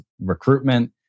recruitment